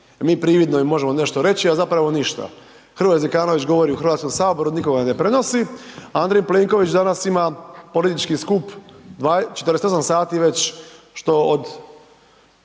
mi prividno i možemo nešto reći, a zapravo ništa. Hrvoje Zekanović govori u HS, nitko ga ne prenosi, a Andrej Plenković danas ima politički skup, 48 sati već što od,